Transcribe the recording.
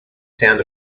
sound